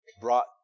brought